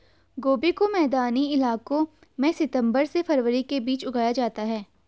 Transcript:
गोभी को मैदानी इलाकों में सितम्बर से फरवरी के बीच उगाया जाता है